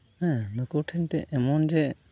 ᱦᱮᱸ ᱱᱩᱠᱩ ᱴᱷᱮᱱ ᱢᱤᱫᱴᱮᱱ ᱮᱢᱚᱱ ᱡᱮ